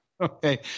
Okay